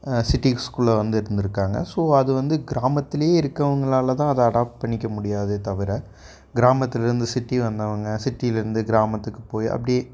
சிட்டிஸ்குள்ளே வந்து இருந்துருக்காங்க ஸோ அது வந்து கிராமத்துலேயே இருக்கவங்களால் தான் அதை அடாப்ட் பண்ணிக்க முடியாதே தவிர கிராமத்துலேருந்து சிட்டி வந்தவங்க சிட்டிலேருந்து கிராமத்துக்கு போய் அப்படியே